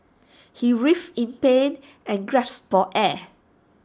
he writhed in pain and gasped for air